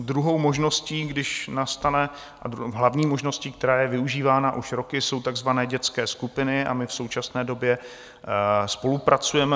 Druhou možností, když nastane, hlavní možností, která je využívána už roky, jsou takzvané dětské skupiny a my v současné době spolupracujeme.